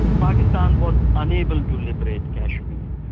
pakistan was unable to liberate kashmir.